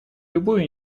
любую